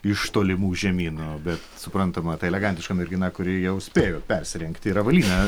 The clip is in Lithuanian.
iš tolimų žemynų bet suprantama tai elegantiška mergina kuri jau spėjo persirengti ir avalynę